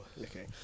okay